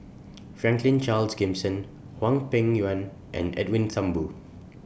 Franklin Charles Gimson Hwang Peng Yuan and Edwin Thumboo